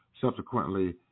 subsequently